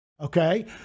okay